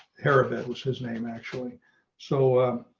harrison was his name actually so